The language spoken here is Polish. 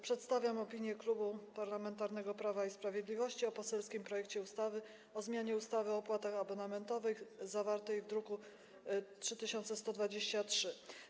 Przedstawiam opinię Klubu Parlamentarnego Prawo i Sprawiedliwość o poselskim projekcie ustawy o zmianie ustawy o opłatach abonamentowych, zawartym w druku nr 3123.